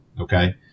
Okay